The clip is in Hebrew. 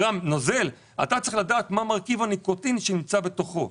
אתה צריך לדעת מה מרכיב הניקוטין שנמצא בתוכו.